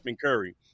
Curry